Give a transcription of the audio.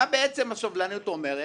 מה בעצם הסובלנות אומרת?